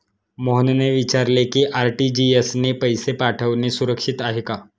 मोहनने विचारले की आर.टी.जी.एस ने पैसे पाठवणे सुरक्षित आहे का?